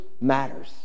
matters